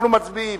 אנחנו מצביעים.